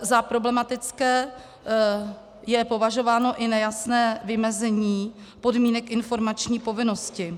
Za problematické je považováno i nejasné vymezení podmínek informační povinnosti.